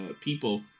people